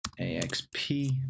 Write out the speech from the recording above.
AXP